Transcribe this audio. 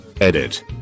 edit